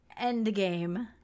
Endgame